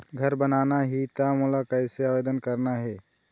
घर बनाना ही त मोला कैसे आवेदन करना हे?